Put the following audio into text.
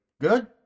Good